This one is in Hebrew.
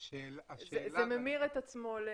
זה ממיר את עצמו.